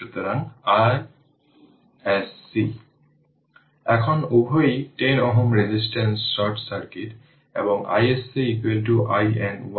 সুতরাং যা iSC এখন উভয় 100 Ω রেজিস্ট্যান্স শর্ট সার্কিট এবং iSC IN 1 2 3 অ্যাম্পিয়ার